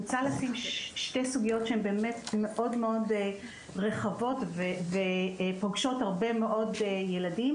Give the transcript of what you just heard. אני רוצה לשים שתי סוגיות שהן באמת מאוד רחבות ופוגשות הרבה מאוד ילדים,